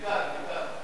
מכאן, מכאן.